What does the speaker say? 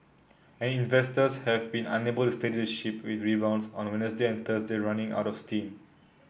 and investors have been unable to steady the ship with rebounds on Wednesday and Thursday running out of steam